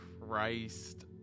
Christ